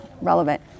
relevant